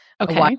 Okay